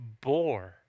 bore